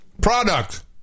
Product